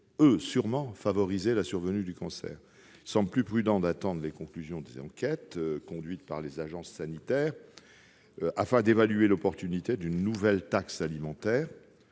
elles seules favoriser la survenue du cancer. Il semble donc plus prudent d'attendre les conclusions des enquêtes conduites par les agences sanitaires afin d'évaluer l'opportunité d'une nouvelle taxe alimentaire